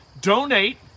Donate